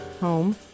home